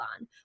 on